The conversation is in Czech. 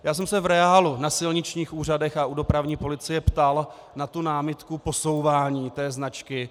Já jsem se v reálu na silničních úřadech a u dopravní policie ptal na tu námitku posouvání značky.